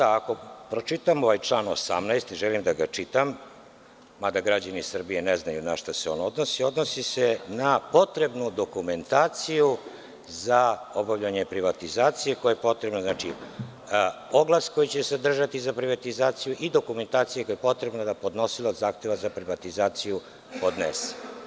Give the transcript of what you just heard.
Ako pročitamo član 18, ne želim da ga čitam, mada građani Srbije ne znaju na šta se on odnosi, odnosi se na potrebnu dokumentaciju za obavljanje privatizacije, za koju je potrebno oglas koji će se održati za privatizaciju i dokumentacija koja je potrebna da podnosilac zahteva za privatizaciju podnese.